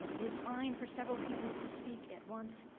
is fine for several people to speak at once.